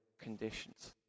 conditions